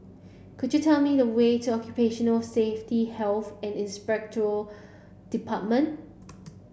could you tell me the way to Occupational Safety Health and Inspectorate Department